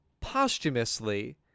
posthumously